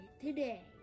today